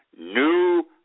new